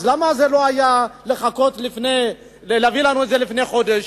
למה לא הביאו לנו את זה לפני חודש?